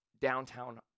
downtown